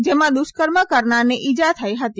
જેમાં દુષ્કર્મ કરનારને ઈજા થઈ હતી